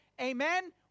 amen